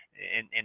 and and